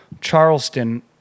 Charleston